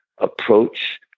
approach